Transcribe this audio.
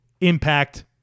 impact